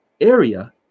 area